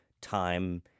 time